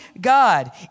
God